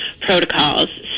protocols